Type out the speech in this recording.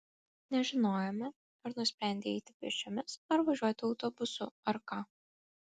nežinojome ar nusprendei eiti pėsčiomis ar važiuoti autobusu ar ką